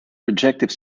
projective